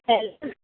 हेल्